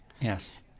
yes